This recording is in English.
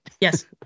Yes